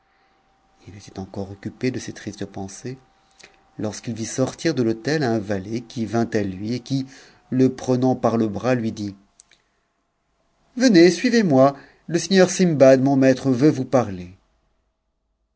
h était encore occupé de ses tristes pensées lorsqu'il vit sortir l'hôtel un valet qui vint à lui et qui le prenant par le bras lui dit venez suivez-moi le seigneur sindbad mon maître veut vous pa